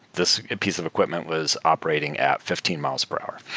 this piece of equipment was operating at fifteen mph.